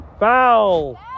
Foul